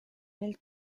nel